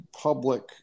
public